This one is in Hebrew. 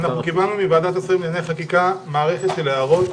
קבלנו מוועדת השרים לענייני חקיקה מערכת של הערות